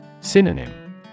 Synonym